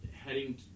Heading